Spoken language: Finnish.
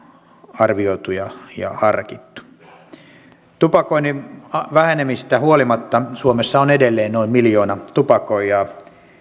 arvioitu ja harkittu tupakoinnin vähenemisestä huolimatta suomessa on edelleen noin miljoona tupakoijaa